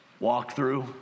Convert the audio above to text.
walkthrough